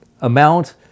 amount